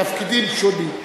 בתפקידים שונים,